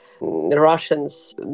Russians